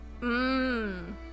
Mmm